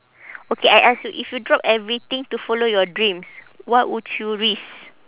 okay I ask you if you drop everything to follow your dreams what would you risk